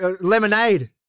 Lemonade